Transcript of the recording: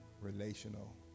relational